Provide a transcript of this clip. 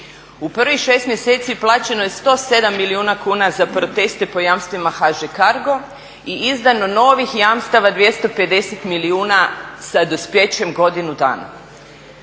U prvih 6 mjeseci plaćeno je 107 milijuna kuna za proteste po jamstvima HŽ Cargo i izdano novih jamstava 250 milijuna sa dospijećem godinu dana.